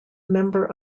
member